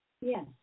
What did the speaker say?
Yes